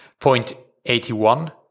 0.81%